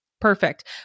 perfect